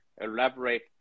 elaborate